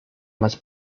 más